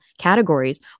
categories